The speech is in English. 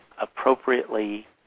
appropriately